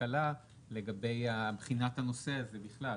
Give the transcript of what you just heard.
הכלכלה לגבי בחינת הנושא הזה בכלל,